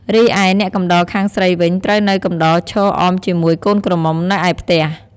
រីឯអ្នកកំដរខាងស្រីវិញត្រូវនៅកំដរឈរអមជាមួយកូនក្រមុំនៅឯផ្ទះ។